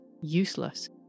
useless